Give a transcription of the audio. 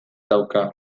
dauka